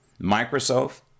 Microsoft